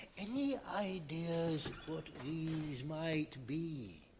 any ideas what these might be?